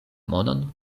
monon